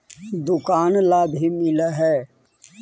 दुकान ला भी मिलहै?